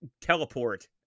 teleport